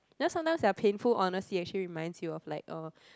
you know sometimes there're painful honestly actually reminds you of like uh